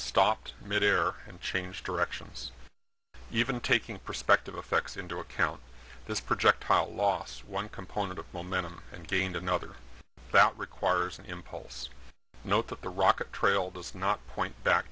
stopped midair and change directions even taking perspective effects into account this projectile loss one component of momentum and gained another that requires an impulse note that the rocket trail does not point back